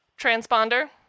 Transponder